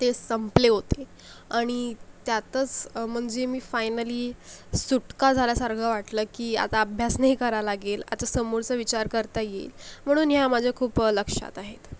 ते संपले होते आणि त्यातस म्हणजे मी फायनली सुटका झाल्यासारखं वाटलं की आता अभ्यास नाही करावा लागेल आचा समोरसा विचार करता येईल म्हणून या माझ्या खूप लक्षात आहेत